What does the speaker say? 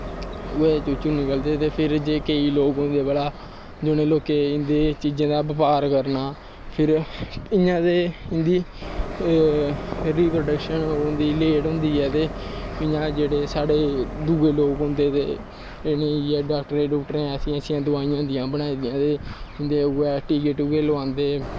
उं'दे चा चूचू निकलदे ते केईं लोक होंदे भला जि'नें लोकें इ'नें चीजें दा बपार करना फिर इ'यां ते इं'दी रिप्रोडक्शन लेट होंदी ऐ ते इ'यां जेह्ड़े साढ़े दुए लोग होंदे ते उ'नें गी डाक्टरैं ऐसियां ऐसियां दोआइयां होंदियां बनाई दियां ते उ'ऐ टीके टूके लोआंदे